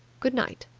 good night,